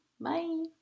Bye